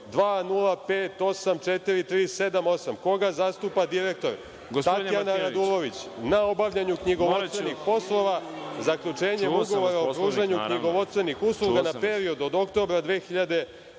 20584378, koga zastupa direktor Tatjana Radulović, na obavljanju knjigovodstvenih poslova, zaključenjem ugovora o pružanju knjigovodstvenih usluga na period od oktobra 2009.